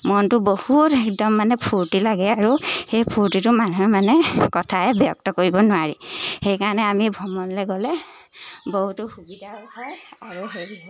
মনটো বহুত একদম মানে ফূৰ্তি লাগে আৰু সেই ফূৰ্তিটো মানুহে মানে কথাই ব্যক্ত কৰিব নোৱাৰি সেইকাৰণে আমি ভ্ৰমণলৈ গ'লে বহুতো সুবিধাও হয় আৰু হেৰি হয়